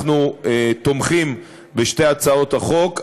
אנחנו תומכים בשתי הצעות החוק,